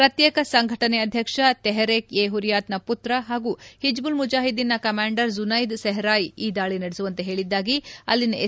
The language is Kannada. ಪ್ರತ್ಯೇಕ ಸಂಘಟನೆ ಅಧ್ಯಕ್ಷ ತೆಪರೀಕ್ ಎ ಹುರಿಯಾತ್ನ ಮತ್ರ ಹಾಗೂ ಹಿಜ್ಬಲ್ ಮುಜಾಹಿದೀನ್ನ ಕಮಾಂಡರ್ ಜುನೈದ್ ಸೆಪ್ರಾಯ್ ಈ ದಾಳಿ ನಡೆಸುವಂತೆ ಹೇಳಿದ್ದಾಗಿ ಅಲ್ಲಿನ ಎಸ್